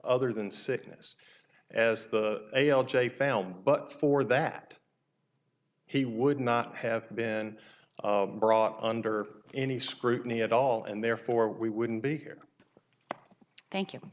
other than sickness as the a l j found but for that he would not have been brought under any scrutiny at all and therefore we wouldn't be here thank